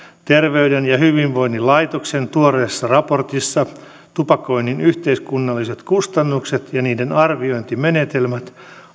terveyden ja hyvinvoinnin laitoksen tuoreessa raportissa tupakoinnin yhteiskunnalliset kustannukset ja niiden arviointimenetelmät